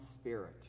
spirit